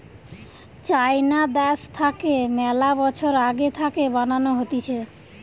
চাইনা দ্যাশ থাকে মেলা বছর আগে থাকে বানানো হতিছে